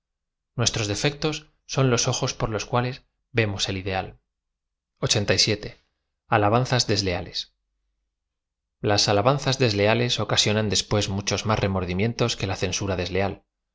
nuestros defectos soa los ojos por los cuales vemos el ideal alabanzas desleales as alabanzas desleales ocasionan después muchos más remordimientos que la censura desleal